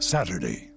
Saturday